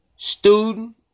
student